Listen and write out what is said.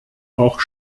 auch